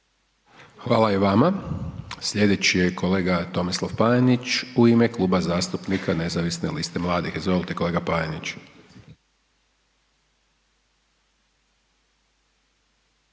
Hvala i vama. Slijedeći je kolega Tomislav Panenić u ime Kluba zastupnika Nezavisne liste mladih. Izvolite kolega Panenić.